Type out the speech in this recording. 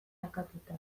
sakatuta